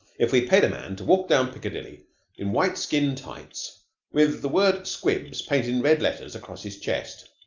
if we paid a man to walk down piccadilly in white skin-tights with the word squibs painted in red letters across his chest?